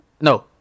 No